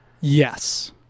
Yes